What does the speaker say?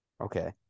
Okay